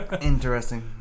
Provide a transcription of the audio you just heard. Interesting